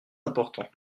importants